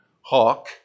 hawk